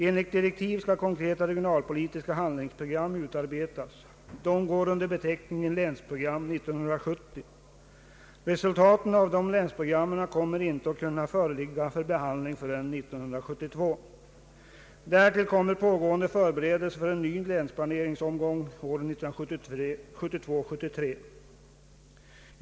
Enligt direktiv skall konkreta regionalpolitiska handlingsprogram utarbetas. De går under beteckningen Länsprogram 1970. Resultaten av dessa länsprogram kommer inte att kunna föreligga för behandling förrän år 1972. Därtill kommer pågående förberedelse för en ny länsplaneringsomgång under budgetåret 1972/73.